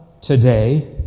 today